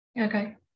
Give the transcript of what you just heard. okay